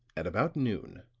at about noon,